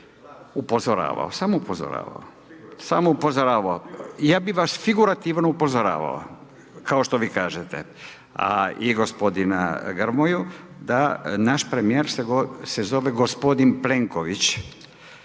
upozoravao, samo upozoravao, ja bi vas figurativno upozoravamo kao što vi kažete a i gospodina Grmoju da naš premijer se zove gospodin Plenković,